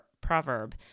proverb